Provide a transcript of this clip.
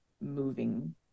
moving